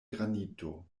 granito